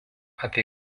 apie